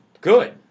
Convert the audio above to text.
good